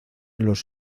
los